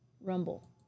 rumble